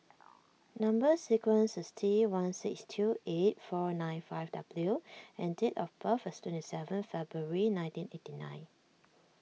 Number Sequence is T one six two eight four nine five W and date of birth is twenty seven February nineteen eighty nine